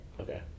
Okay